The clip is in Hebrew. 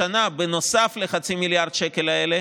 השנה, נוסף לחצי מיליארד שקל האלה